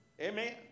Amen